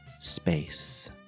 space